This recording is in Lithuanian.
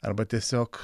arba tiesiog